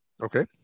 Okay